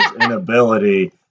inability